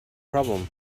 problem